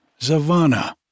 Zavanna